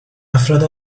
افراد